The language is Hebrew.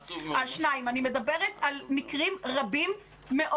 אני מדברת על מקרים רבים מאוד.